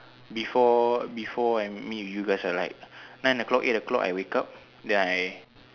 before before I meet with you guys are like nine o'clock eight o'clock I wake up then I